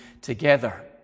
together